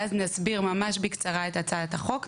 ואז נסביר ממש בקצרה את הצעת החוק,